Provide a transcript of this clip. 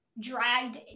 dragged